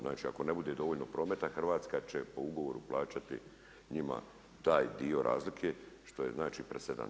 Znači ako ne bude dovoljno prometa, Hrvatska će po ugovoru plaćati njima taj dio razlike, što je znači presedan.